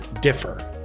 differ